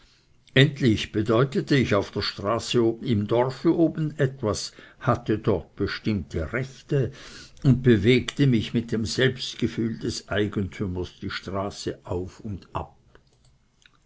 endlich bedeutete ich auf der straße oben im dorfe etwas hatte dort bestimmte rechte und bewegte mich mit dem selbstgefühl des eigentümers die straße auf und ab